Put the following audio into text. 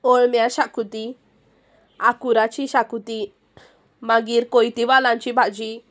ओळम्यां शाकुती आकुराची शाकुती मागीर कोयती वालांची भाजी